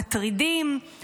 מטרידים,